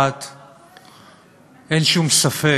1. אין שום ספק,